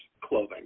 clothing